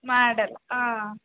ಮಾಡೋಲ್ಲ ಆಂ